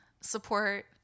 support